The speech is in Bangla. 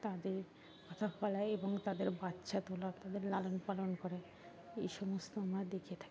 তাদের কথা বলায় এবং তাদের বাচ্চা গুলো তাদের লালন পালন করে এই সমস্ত আমরা দেখে থাকি